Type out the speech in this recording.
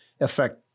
affect